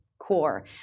core